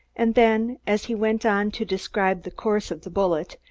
and then, as he went on to describe the course of the bullet,